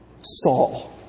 Saul